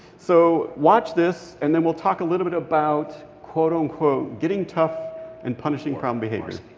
so watch this, and then we'll talk a little bit about, quote, unquote, getting tough and punishing problem behavior.